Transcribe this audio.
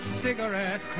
cigarette